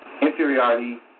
inferiority